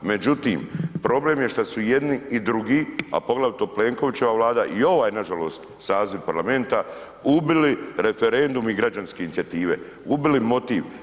Međutim, problem je što su jedni i drugi, a poglavito Plenkovićeva vlada i ovaj nažalost saziv Parlamenta ubili referendum i građanske inicijative, ubili motiv.